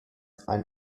ein